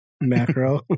Macro